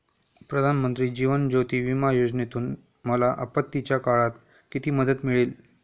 प्रधानमंत्री जीवन ज्योती विमा योजनेतून मला आपत्तीच्या काळात किती मदत मिळेल?